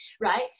right